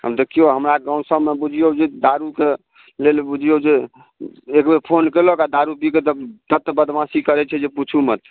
आब देखियौ हमरा गाँव सभमे बुझियौ जे दारू कऽ लेल बुझियौ जे एक बेर फोन केलक आ दारू बिकै तऽ तत बदमाशी करैत छै जे पुछू मत